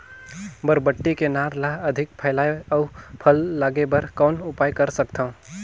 बरबट्टी के नार ल अधिक फैलाय अउ फल लागे बर कौन उपाय कर सकथव?